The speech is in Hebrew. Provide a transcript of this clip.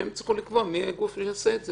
שהם יצטרכו לקבוע מי הגוף שיעשה את זה.